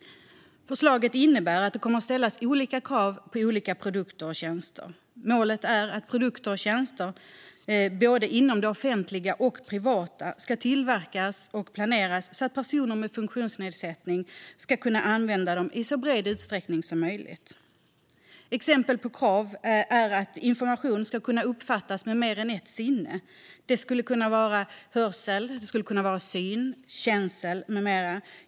Förslaget innebär att det kommer att ställas olika krav på olika produkter och tjänster. Målet är att produkter och tjänster inom både det offentliga och privata ska planeras och tillverkas så att personer med funktionsnedsättning kan använda dem i så stor utsträckning som möjligt. Exempel på krav är att information ska kunna uppfattas med mer än ett sinne, till exempel hörsel, syn och känsel.